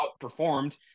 outperformed